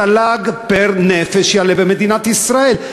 התל"ג פר-נפש יעלה במדינת ישראל.